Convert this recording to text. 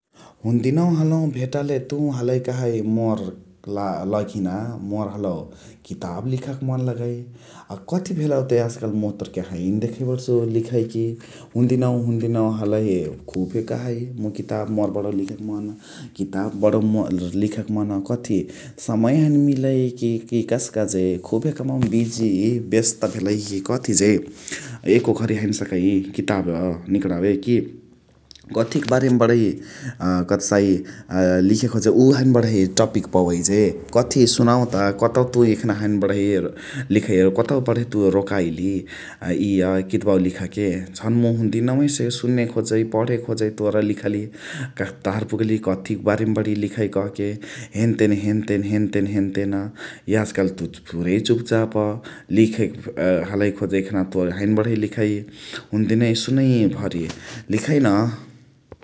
हुन्देनवा हलहु भेटले तुइ हलही कहइ मोर लघिना मोर हलौ किताब लेखके मन लगइ । अ कथी भ्लौ त याज काल मुइ तोरके हैने देखै बणसु लिखइकी । हुन्देनवा हुन्देनवा हलही खुबे कहइ मुइ बणौ किताब लेखके मन । किताब बणौ लेखके मन कथी समय हैने मिलइकी कि कस्का जे खुबे कमवाक बिजी बेस्त भेलही कि कथी जे । एको घरी हैने सकइ किताब निकणावे कि कथिक बारेमा बणही कथसाइ अ लिखे खोजइ उअ हैने बणही टपिक पवै जे कथी सुनाउता कतौ तुइ एखन हैने बणही लिखइ कतौ तुइ बणही रोकाइली अ इअ कितबावा लेखके । झन मुइ हुन्देनवहिसे सुने खोजै पण्हे खोजै तोर लिखली कतहर पुगली कथिक बारेमा लेखइ कहके हेन तेन हेन तेन हेन तेन याज काल त तुइ पुरै चुप चाप लिखके अ हलही खोजै एखना तुइ हैने बणही लिखइ हुन्देनही सुनै भरी लिखही न ।